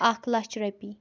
اَکھ لَچھ رۄپیہِ